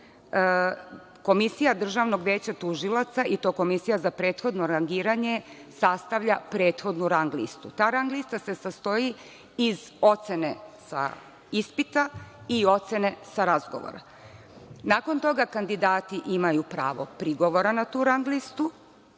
Komisija Državnog veća tužilaca i to komisija za prethodno rangiranje sastavlja prethodnu rang listu. Ta rang lista se sastoji iz ocene sa ispita i ocene sa razgovora. Nakon toga kandidati imaju pravo prigovora na tu rang listu